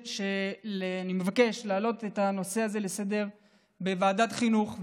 אני מבקש להעלות את הנושא הזה לסדר-היום בוועדת החינוך,